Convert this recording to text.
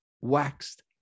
Waxed